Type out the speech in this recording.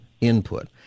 input